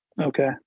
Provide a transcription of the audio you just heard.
Okay